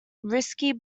risky